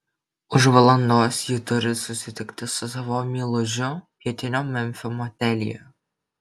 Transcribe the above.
už valandos ji turi susitikti su savo meilužiu pietinio memfio motelyje